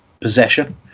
possession